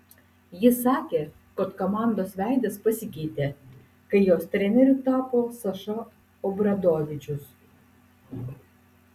jis sakė kad komandos veidas pasikeitė kai jos treneriu tapo saša obradovičius